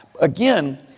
Again